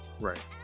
Right